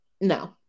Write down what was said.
No